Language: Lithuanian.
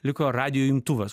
liko radijo imtuvas